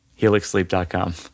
helixsleep.com